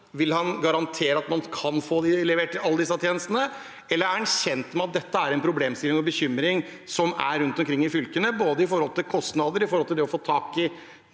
Vil han garantere at man kan få levert alle disse tjenestene, eller er han kjent med at dette er en problemstilling og en bekymring rundt omkring i fylkene, både med tanke på kostnader og på det å få tak i